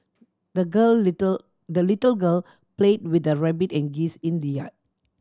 the girl little the little girl play with her rabbit and geese in the yard